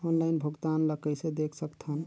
Online भुगतान ल कइसे देख सकथन?